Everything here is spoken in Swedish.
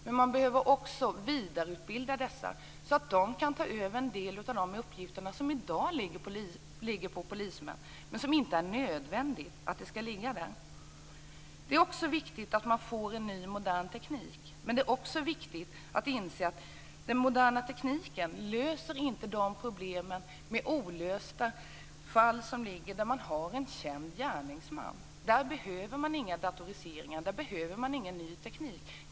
Men man behöver också vidareutbilda denna personal så att den kan ta över en del av de uppgifter som i dag ligger på polismän men som inte nödvändigtvis måste göra det. Det är viktigt att man får ny, modern teknik. Men det är också viktigt att inse att den moderna tekniken inte löser problemen med olösta fall som ligger där man har en känd gärningsman. Där behöver man inga datoriseringar. Där behöver man ingen ny teknik.